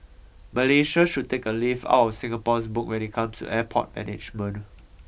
Malaysia should take a leaf out of Singapore's book when it comes to airport management